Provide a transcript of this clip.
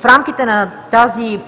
В рамките на тази